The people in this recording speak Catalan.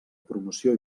promoció